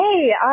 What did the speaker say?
Hey